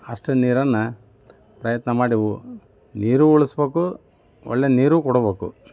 ಅಷ್ಟು ನೀರನ್ನು ಪ್ರಯತ್ನ ಮಾಡಿ ಉ ನೀರೂ ಉಳಿಸ್ಬೇಕು ಒಳ್ಳೆ ನೀರೂ ಕೊಡಬೇಕು